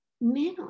men